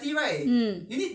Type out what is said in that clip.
mm